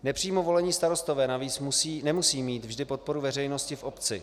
Nepřímo volení starostové navíc nemusí mít vždy podporu veřejnosti v obci.